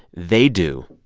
they do.